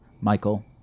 Michael